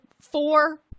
four